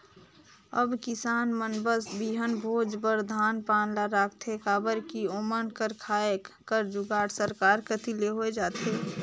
अब किसान मन बस बीहन भोज बर धान पान ल राखथे काबर कि ओमन कर खाए कर जुगाड़ सरकार कती ले होए जाथे